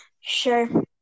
Sure